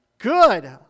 Good